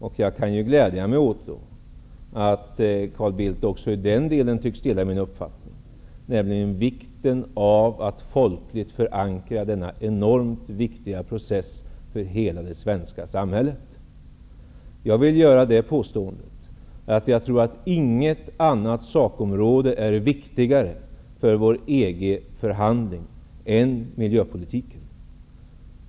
Och jag kan glädja mig åt att statsminister Carl Bildt också tycks dela min uppfattning när det gäller vikten av att folkligt förankra denna för hela det svenska samhället enormt viktiga process. Jag påstår att inget annat sakområde är viktigare för vår EG-förhandling än miljöpolitiken.